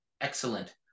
excellent